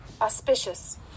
Auspicious